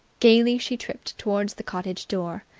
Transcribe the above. gaily she tripped towards the cottage door.